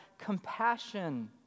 compassion